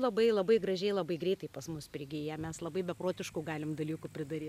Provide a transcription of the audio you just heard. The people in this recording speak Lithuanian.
labai labai gražiai labai greitai pas mus prigyja mes labai beprotiškų galim dalykų pridaryt